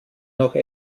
noch